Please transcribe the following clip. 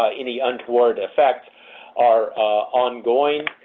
ah any untoward effects are ongoing